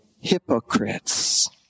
hypocrites